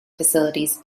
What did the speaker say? facilities